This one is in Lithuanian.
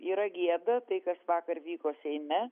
yra gėda tai kas vakar vyko seime